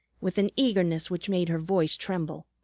with an eagerness which made her voice tremble,